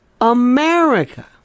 America